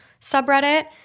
subreddit